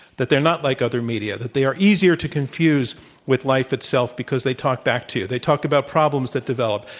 that they're not like other media, that they are easier to confuse with life itself because they talk back to you. they talk about problems that develop,